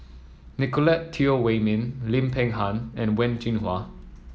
Nicolette Teo Wei Min Lim Peng Han and Wen Jinhua